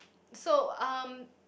so um